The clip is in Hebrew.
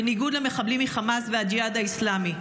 בניגוד למחבלים מחמאס והג'יהאד האסלאמי.